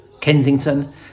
Kensington